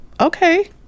okay